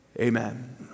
Amen